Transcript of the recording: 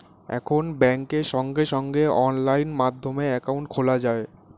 এখন ব্যাংকে সঙ্গে সঙ্গে অনলাইন মাধ্যমে অ্যাকাউন্ট খোলা যায়